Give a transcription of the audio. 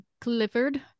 Clifford